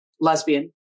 lesbian